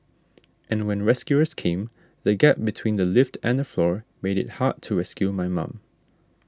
and when rescuers came the gap between the lift and the floor made it hard to rescue my mum